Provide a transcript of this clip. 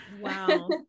Wow